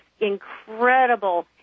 incredible